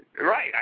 Right